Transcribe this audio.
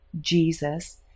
Jesus